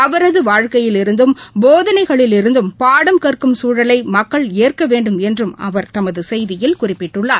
அவரது வாழ்க்கையிலிருந்தும் போதனைகளிலிருந்தும் பாடம் கற்கும் சூழலை மக்கள் ஏற்க வேண்டும் என்றும் அவர் தமது செய்தியில் குறிப்பிட்டுள்ளார்